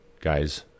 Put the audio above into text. guys